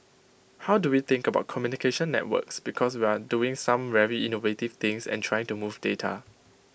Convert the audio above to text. how do we think about communication networks because we are doing some very innovative things and trying to move data